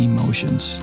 Emotions